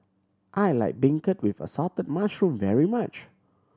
I like beancurd with assorted mushroom very much